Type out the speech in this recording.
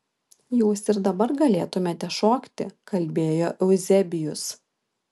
jūs ir dabar galėtumėte šokti kalbėjo euzebijus